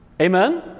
Amen